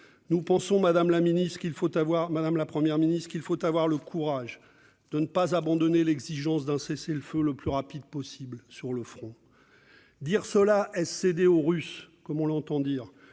nous pensons, madame la Première ministre, qu'il faut avoir le courage de ne pas abandonner l'exigence d'un cessez-le-feu le plus rapide possible sur le front. Dire cela, est-ce céder aux Russes, comme on l'entend dire,